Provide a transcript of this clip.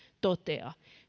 toteaa